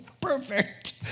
perfect